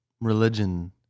religion